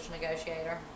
negotiator